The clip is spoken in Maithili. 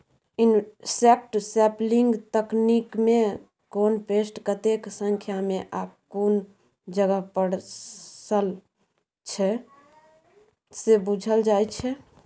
इनसेक्ट सैंपलिंग तकनीकमे कोन पेस्ट कतेक संख्यामे आ कुन जगह पसरल छै से बुझल जाइ छै